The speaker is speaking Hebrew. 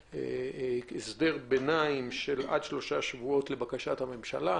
כרגע מדובר בהסדר ביניים של עד שלושה שבועות לבקשת הממשלה.